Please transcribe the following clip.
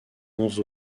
onze